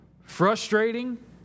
frustrating